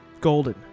Golden